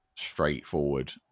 straightforward